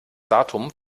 datum